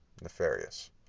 nefarious